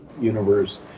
universe